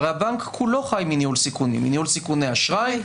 הרי הבנק כולו חי מניהול סיכונים מניהול סיכוני אשראי,